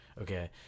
Okay